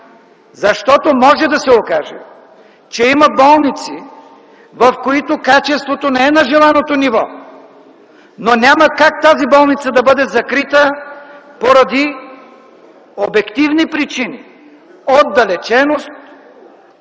Защото може да се окаже, че има болници, в които качеството не е на желаното ниво, но няма как дадена болница да бъде закрита поради обективни причини – отдалеченост